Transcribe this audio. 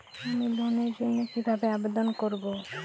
আমি লোনের জন্য কিভাবে আবেদন করব?